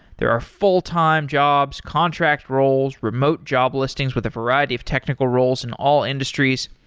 there are fulltime jobs, contract roles, remote job listings with a variety of technical roles in all industries,